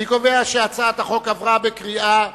אני קובע שהצעת החוק עברה בקריאה שנייה.